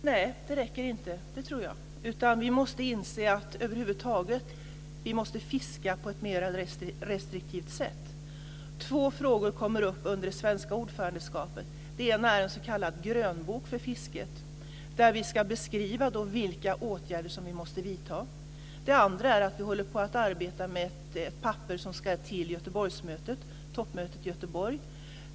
Fru talman! Nej, jag tror inte det räcker, utan vi måste inse att vi över huvud taget måste fiska på ett mera restriktivt sätt. Två frågor kommer upp under det svenska ordförandeskapet. Den ena är en s.k. grönbok för fisket där vi ska beskriva vilka åtgärder som vi måste vidta. Den andra är att vi håller på att arbeta med ett papper som ska till toppmötet i Göteborg.